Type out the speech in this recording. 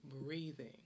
breathing